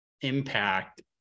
impact